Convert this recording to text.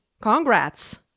Congrats